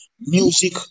music